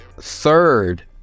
third